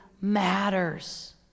matters